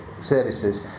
services